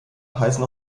heißen